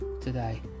today